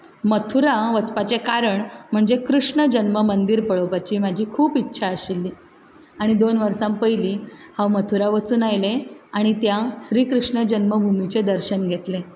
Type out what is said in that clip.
मथुरा वचपाचें कारण म्हणजे कृष्ण जल्म मंदीर पळोवपाची म्हजी खूब इच्छा आशिल्ली आनी दोन वर्सां पयलीं हांव मथुरा वचून आयलें आनी त्या श्री कृष्ण जल्म भुमीचें दर्शन घेतलें